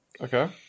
Okay